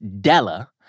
Della